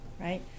right